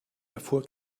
erfuhr